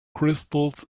crystals